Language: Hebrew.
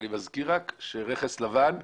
אני מזכיר שרכס לבן,